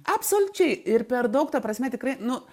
absoliučiai ir per daug ta prasme tikrai nu